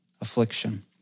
affliction